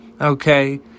Okay